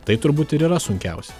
tai turbūt ir yra sunkiausia